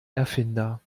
erfinder